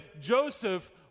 Joseph